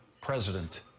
president